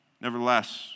nevertheless